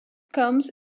comes